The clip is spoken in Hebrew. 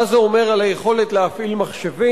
מה זה אומר על היכולת להפעיל מחשבים.